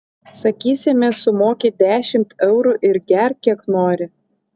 sakysime sumoki dešimt eurų ir gerk kiek nori